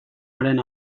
aren